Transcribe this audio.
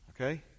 Okay